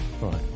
Right